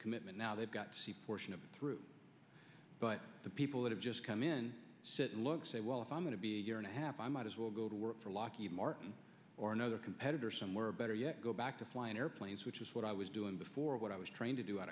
commitment now they've got to see portion of it through but the people that have just come in sit and look say well if i'm going to be a year and a half i might as well go to work for lockheed martin or another competitor somewhere or better yet go back to flying airplanes which is what i was doing before what i was trying to do out